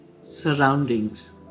surroundings